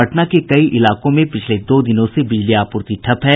पटना के कई इलाकों में पिछले दो दिनों से बिजली आपूर्ति ठप है